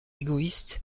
égoïste